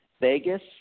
Vegas